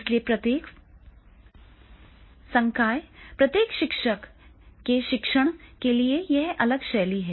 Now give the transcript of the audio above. इसलिए प्रत्येक संकाय प्रत्येक शिक्षक के शिक्षण के लिए यह अलग शैली है